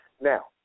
Now